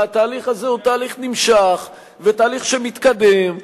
והתהליך הזה הוא תהליך נמשך ותהליך שמתקדם.